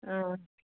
ꯎꯝ